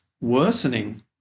worsening